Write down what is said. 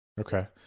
Okay